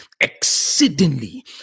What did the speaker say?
exceedingly